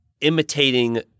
imitating